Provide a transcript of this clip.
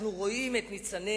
אנחנו רואים את ניצני